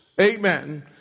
amen